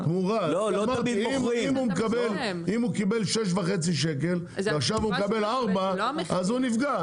אמרתי אם הוא קיבל 6.5 שקלים ועכשיו הוא מקבל 4 אז הוא נפגע,